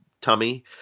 tummy